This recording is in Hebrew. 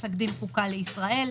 פסק דין חוקה לישראל,